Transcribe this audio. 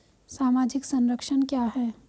सामाजिक संरक्षण क्या है?